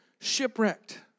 shipwrecked